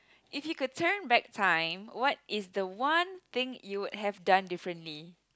if you could turn back time what is the one thing you would have done differently